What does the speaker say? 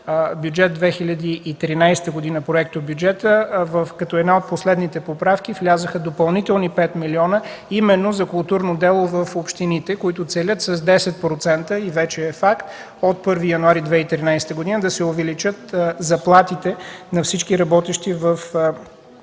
си, че в Проектобюджета за 2013 г. като една от последните поправки влязоха допълнителни 5 милиона именно за културно дело в общините, които целят с 10%, и вече е факт, от 1 януари 2013 г. да се увеличат заплатите на всички работещи в